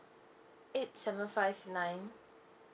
eight seven five nine